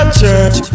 church